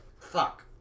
Fuck